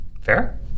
Fair